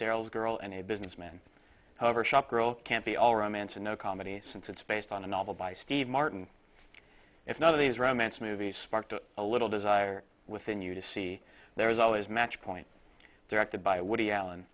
serial girl and a businessman however shopgirl can't be all romance and no comedy since it's based on a novel by steve martin if not of these romance movies sparked a little desire within you to see there is always match point directed by woody allen